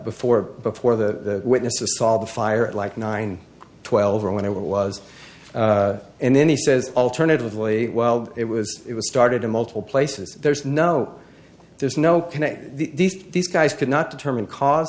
before before the witnesses saw the fire at like nine twelve or when it was and then he says alternatively well it was it was started in multiple places there's no there's no connect these these guys could not determine cause